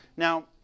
Now